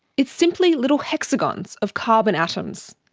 it's simply little hexagons of carbon atoms,